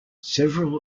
several